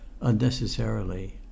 unnecessarily